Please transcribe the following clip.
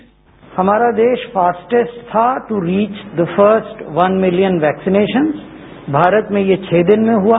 sound bite हमारा देश fastest था to reach the first one million vaccination Bharat में ये छह दिन में हुआ